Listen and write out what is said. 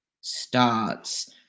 starts